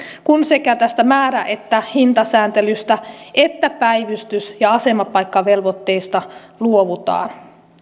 kun sekä määrä että hintasääntelystä että päivystys ja asemapaikkavelvoitteesta luovutaan